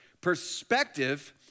Perspective